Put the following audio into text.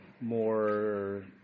more